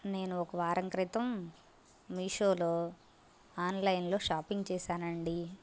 నేను ఒక వారం క్రితం మీషోలో ఆన్లైన్లో షాపింగ్ చేశాను అండి